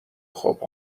خوب